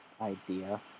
idea